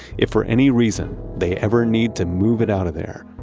if for any reason they ever need to move it out of there,